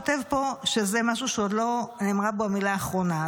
וגם השר כותב פה שזה משהו שעוד לא נאמרה בו המילה האחרונה,